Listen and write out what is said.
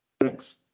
Thanks